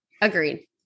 Agreed